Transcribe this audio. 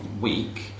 week